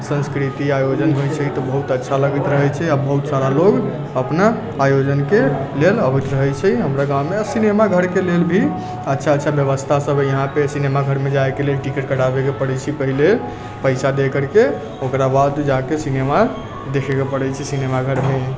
सन्स्कृति आयोजन होइत छै तऽ बहुत अच्छा लगैत रहैत छै आ बहुत सारा लोग अपना ओयजनके लेल आबैत रहैत छै हमरा गाँवमे सिनेमा घरके लेल भी अच्छा अच्छा व्यवस्था सभ हइ इहाँपे सिनेमा घरमे जाइके लेल टिकट कटावैके पड़ैत छै पहिले पैसा दे करके ओकरा बाद जाके सिनेमा देखैके पड़ैत छै सिनेमा घरमे